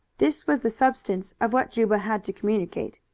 this was the substance of what juba had to communicate.